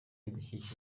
bidukikije